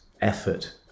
effort